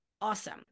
awesome